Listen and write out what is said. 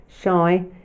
shy